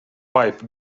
pipe